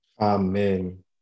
Amen